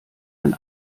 ein